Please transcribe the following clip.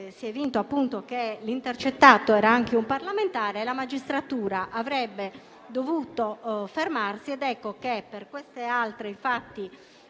Grazie